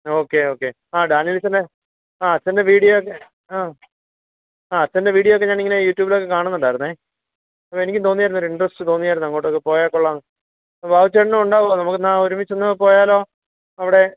okay okay ആ Daniel അച്ചൻ്റെ ആ അച്ഛൻ്റെ വീഡിയോയൊക്കെ ആ ആ അച്ഛൻ്റെ വീഡിയോയൊക്കെ ഞാനിങ്ങനെ യൂട്യൂബിലൊക്കെ കാണുന്നുണ്ടായിരുന്നെ അപ്പം എനിക്ക് തോന്നിയിരുന്നു രണ്ടുദിവസം തോന്നിയായിരുന്നു അങ്ങോട്ടേക്ക് പോയാൽ കൊള്ളാം അപ്പോൾ ബാബു ചേട്ടനും ഉണ്ടാവോ നമുക്ക് എന്നാൽ ഒരുമിച്ച് അങ്ങ് പോയാലോ അവിടെ